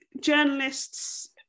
journalists